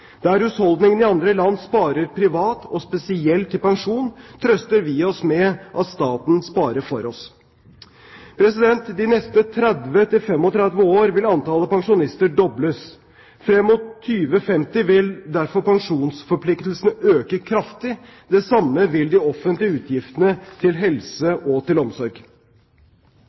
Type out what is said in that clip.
Der husholdningene i andre land sparer privat, og spesielt til pensjon, trøster vi oss med at staten sparer for oss. De neste 30–35 år vil antall pensjonister dobles. Frem mot 2050 vil derfor pensjonsforpliktelsene øke kraftig. Det samme vil de offentlige utgiftene til helse og omsorg.